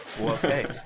okay